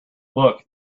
look